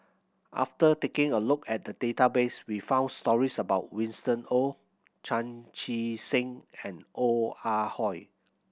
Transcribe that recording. after taking a look at the database we found stories about Winston Oh Chan Chee Seng and Ong Ah Hoi